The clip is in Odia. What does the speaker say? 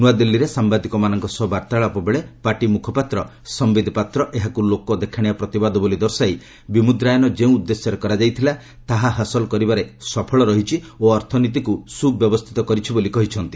ନ୍ତଆଦିଲ୍ଲୀରେ ସାୟାଦିକମାନଙ୍କ ସହ ବାର୍ତ୍ତାଳାପ ବେଳେ ପାର୍ଟି ମୁଖପାତ୍ର ସମ୍ଭିଦ ପାତ୍ର ଏହାକୁ ଲୋକ ଦେଖାଣିଆ ପ୍ରତିବାଦ ବୋଲି ଦର୍ଶାଇ ବିମୁଦ୍ରାୟନ ଯେଉଁ ଉଦ୍ଦେଶ୍ୟରେ କରାଯାଇଥିଲା ତାହା ହାସଲ କରିବାରେ ସଫଳ ରହିଛି ଓ ଅର୍ଥନୀତିକୁ ସୁବ୍ୟବସ୍ଥିତ କରିଛି ବୋଲି କହିଛନ୍ତି